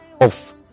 off